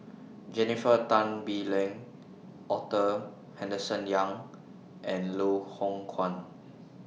Jennifer Tan Bee Leng Arthur Henderson Young and Loh Hoong Kwan